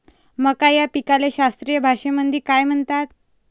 मका या पिकाले शास्त्रीय भाषेमंदी काय म्हणतात?